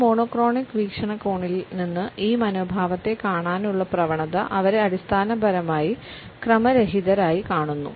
ഒരു മോണോക്രോണിക് വീക്ഷണകോണിൽ നിന്ന് ഈ മനോഭാവത്തെ കാണാനുള്ള പ്രവണത അവരെ അടിസ്ഥാനപരമായി ക്രമരഹിതരായി കാണുന്നു